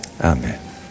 Amen